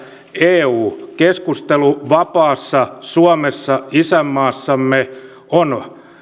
eu keskustelu vapaassa suomessa isänmaassamme on